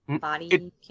body